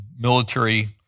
military